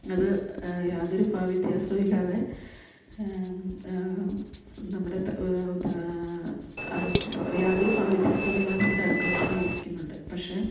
അത് യാതൊരു ഭാവവ്യത്യാസമോ ഇല്ലാതെ നമ്മുടെ അത് യാതൊരു ഭാവവ്യത്യാസവും ഇല്ലാതെ നമ്മുടെ അടുക്കളയിൽ തന്നെ ഇരിക്കുന്നുണ്ട് പക്ഷെ